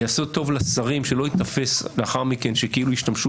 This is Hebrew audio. יעשה טוב לשרים שלא ייתפסו לאחר מכן כאילו השתמשו